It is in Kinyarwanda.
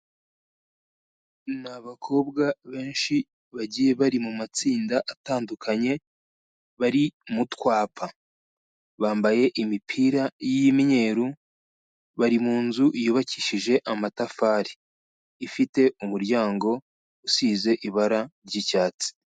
Ni abakobwa benshi bagiye bari mu matsinda atandukanye bari mu twapa, bambaye imipira y'imyeru, bari mu nzu yubakishije amatafari, ifite umuryango usize ibara ry'icyatsi.